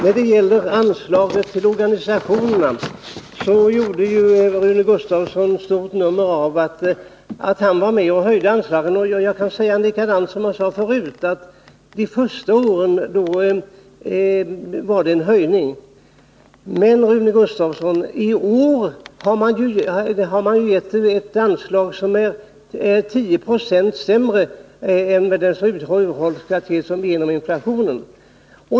När det gäller anslaget till den här organisationen gjorde Rune Gustavsson stort nummer av att han varit med om att höja anslaget. Jag kan säga på samma sätt som jag sade förut, att det de första åren varit en höjning. Men, Rune Gustavsson, i år har det beviljats ett anslag som är 10 96 sämre på grund av den urholkning som sker genom inflationen.